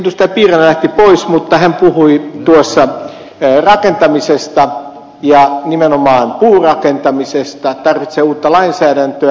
piirainen lähti pois mutta hän puhui rakentamisesta ja nimenomaan puurakentamisesta se tarvitsee uutta lainsäädäntöä